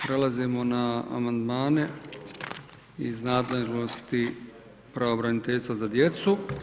Prelazimo na amandmane iz nadležnosti pravobraniteljstva za djecu.